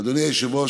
היושבת-ראש,